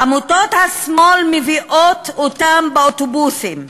עמותות השמאל מביאות אותם באוטובוסים.